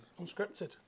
Unscripted